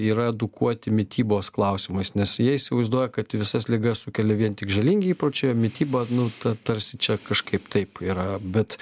yra edukuoti mitybos klausimais nes jie įsivaizduoja kad visas ligas sukelia vien tik žalingi įpročiai o mityba nu ta tarsi čia kažkaip taip yra bet